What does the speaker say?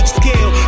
scale